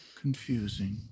Confusing